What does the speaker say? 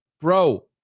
Bro